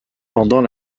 pendant